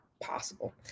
possible